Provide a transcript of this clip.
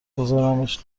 بذارمش